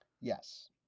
Yes